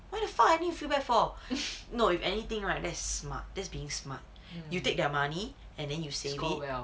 what the fuck I feel bad for no if anything right that's smart that's being smart you take their money and then you save it